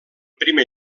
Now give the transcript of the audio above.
primer